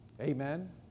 Amen